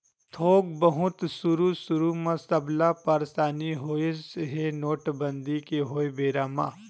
थोक बहुत सुरु सुरु म सबला परसानी होइस हे नोटबंदी के होय बेरा म